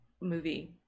movie